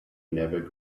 never